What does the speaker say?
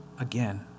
again